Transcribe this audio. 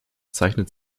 zeichnet